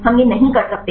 हम यह नहीं कर सकते